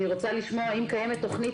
אני רוצה לשמוע האם קיימת תוכנית